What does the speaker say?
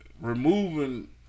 Removing